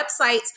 websites